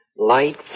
Light